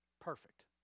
Perfect